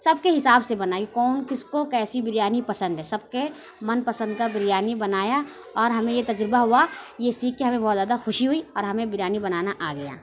سب کے حساب سے بنائے کون کس کو کیسی بریانی پسند ہے سب کے من پسند کا بریانی بنایا اور ہمیں یہ تجربہ ہوا یہ سیکھ کر ہمیں بہت زیادہ خوشی ہوئی اور ہمیں بریانی بنانا آ گیا